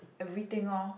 everything orh